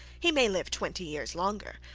he may live twenty years longer.